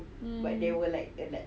mm